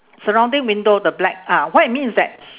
surrounding window the black ah what I mean is that